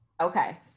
Okay